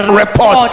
report